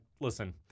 listen